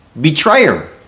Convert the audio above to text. betrayer